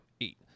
eight